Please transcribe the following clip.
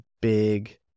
big